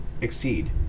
exceed